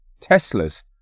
Teslas